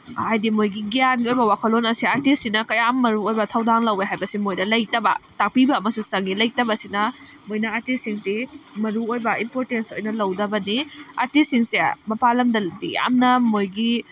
ꯍꯥꯏꯗꯤ ꯃꯣꯏꯒꯤ ꯒ꯭ꯌꯥꯟꯒꯤ ꯑꯣꯏꯕ ꯋꯥꯈꯜꯂꯣꯟ ꯑꯁꯦ ꯑꯥꯔꯇꯤꯁꯁꯤꯅ ꯀꯌꯥꯝ ꯃꯔꯨ ꯑꯣꯏꯕ ꯊꯧꯗꯥꯡ ꯂꯧꯑꯦ ꯍꯥꯏꯕꯁꯦ ꯃꯣꯏꯗ ꯂꯩꯇꯕ ꯇꯥꯛꯄꯤꯕ ꯑꯃꯁꯨ ꯆꯪꯉꯦ ꯂꯩꯇꯕꯁꯤꯅ ꯃꯣꯏꯅ ꯑꯥꯔꯇꯤꯁꯁꯤꯡꯁꯤ ꯃꯔꯨ ꯑꯣꯏꯕ ꯏꯝꯄꯣꯔꯇꯦꯟꯁ ꯑꯣꯏꯅ ꯂꯧꯗꯕꯅꯤ ꯑꯥꯔꯇꯤꯁꯁꯤꯡꯁꯦ ꯃꯄꯥꯟ ꯂꯝꯗꯗꯤ ꯌꯥꯝꯅ ꯃꯣꯏꯒꯤ